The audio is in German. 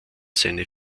seine